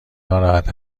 ناراحت